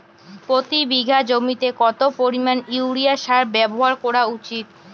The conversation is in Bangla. প্রতি বিঘা জমিতে কত পরিমাণ ইউরিয়া সার ব্যবহার করা উচিৎ?